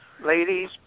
Ladies